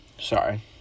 Sorry